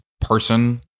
person